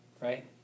right